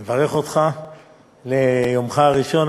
אני מברך אותך ליומך הראשון,